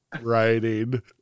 writing